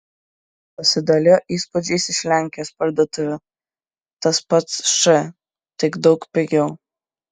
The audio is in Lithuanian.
pasidalijo įspūdžiais iš lenkijos parduotuvių tas pats š tik daug pigiau